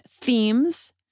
themes